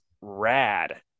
rad